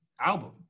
album